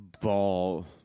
ball